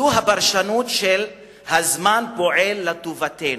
זו הפרשנות של "הזמן פועל לטובתנו".